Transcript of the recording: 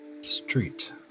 street